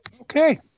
Okay